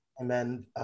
Amen